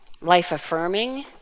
life-affirming